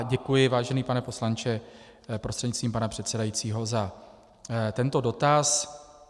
Děkuji, vážený pane poslanče, prostřednictvím pana předsedajícího, za tento dotaz.